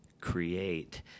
create